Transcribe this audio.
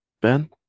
ben